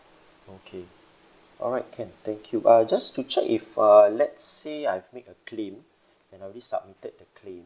okay alright can thank you uh just to check if uh let's say I've made a claim and already submitted the claim